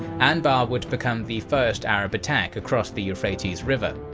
anbar would become the first arab attack across the euphrates river.